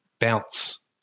bounce